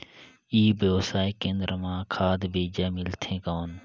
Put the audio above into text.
ई व्यवसाय केंद्र मां खाद बीजा मिलथे कौन?